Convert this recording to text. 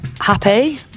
Happy